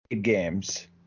games